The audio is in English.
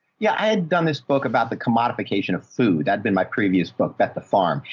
yeah, i had done this book about the commodification of food. that'd been my previous book that the farm.